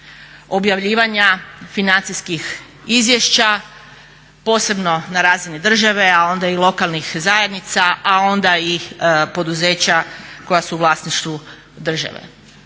objavljivanja financijskih izvješća posebno na razini države, a onda i lokalnih zajednica, a onda i poduzeća koja su u vlasništvu države.